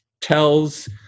tells